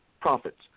profits